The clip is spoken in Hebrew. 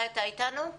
לא איתנו.